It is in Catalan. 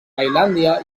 tailàndia